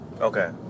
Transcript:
Okay